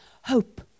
Hope